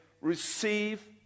receive